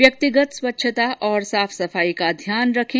व्यक्तिगत स्वच्छता और साफ सफाई का ध्यान रखें